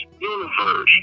universe